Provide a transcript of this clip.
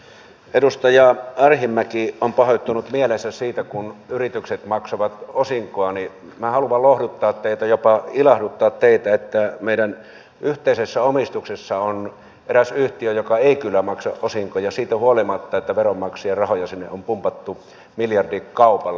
kun edustaja arhinmäki on pahoittanut mielensä siitä että yritykset maksavat osinkoa minä haluan lohduttaa teitä jopa ilahduttaa teitä että meidän yhteisessä omistuksessa on eräs yhtiö joka ei kyllä maksa osinkoja siitä huolimatta että veronmaksajien rahoja sinne on pumpattu miljardikaupalla